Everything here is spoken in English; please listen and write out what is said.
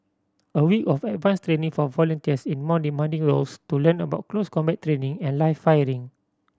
a week of advanced training for volunteers in more demanding roles to learn about close combat training and live firing